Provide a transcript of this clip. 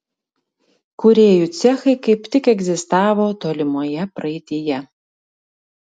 kūrėjų cechai kaip tik egzistavo tolimoje praeityje